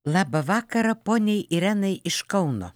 labą vakarą poniai irenai iš kauno